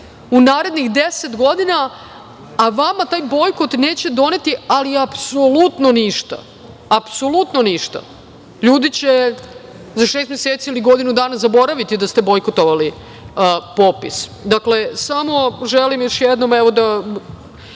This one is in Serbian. u narednih 10 godina, a vama taj bojkot neće doneti ali apsolutno ništa, apsolutno ništa. Ljudi će za šest meseci ili godinu dana zaboraviti da ste bojkotovali popis. Dakle, samo želim još jednom da